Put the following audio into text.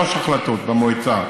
שלוש החלטות במועצה,